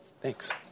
Thanks